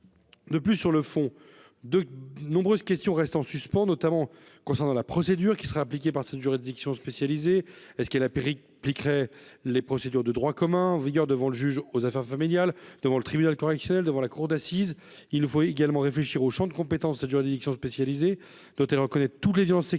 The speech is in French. de plus sur le fond, de nombreuses questions restent en suspens, notamment concernant la procédure qui serait appliquée par cette juridiction spécialisée est ce qu'elle a péri compliquerait les procédures de droit commun vigueur devant le juge aux affaires familiales devant le tribunal correctionnel, devant la cour d'assises, il faut également réfléchir au Champ de compétence de cette juridiction spécialisée hôtel reconnaît tous les violences sexuelles